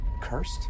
Cursed